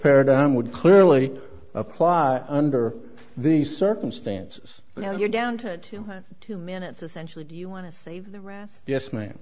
paradigm would clearly apply under these circumstances you know you're down to two minutes essentially do you want to save the ass yes ma'am